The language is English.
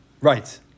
Right